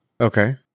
Okay